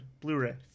Blu-ray